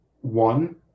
one